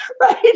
right